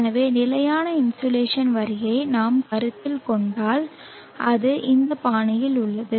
எனவே நிலையான இன்சோலேஷன் வரியை நாம் கருத்தில் கொண்டால் அது இந்த பாணியில் உள்ளது